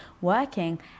working